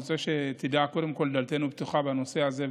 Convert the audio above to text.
אני רוצה שתדע קודם כול שדלתנו פתוחה בנושא הזה,